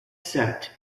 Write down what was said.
set